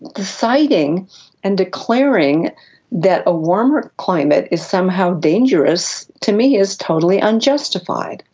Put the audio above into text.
deciding and declaring that a warmer climate is somehow dangerous to me is totally unjustified.